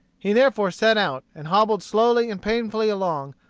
he therefore set out, and hobbled slowly and painfully along,